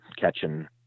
catching